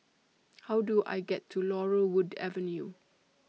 How Do I get to Laurel Wood Avenue